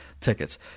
tickets